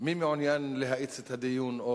מי מעוניין להאיץ את הדיון?